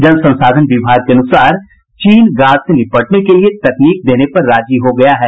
जल संसाधन विभाग के अनुसार चीन गाद से निपटने के लिए तकनीक देने पर राजी हो गया है